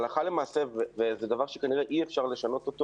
הלכה למעשה וזה דבר שכנראה אי אפשר לשנות אותו